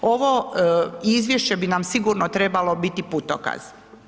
Ovo izvješće bi nam sigurno trebalo biti putokaz.